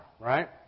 right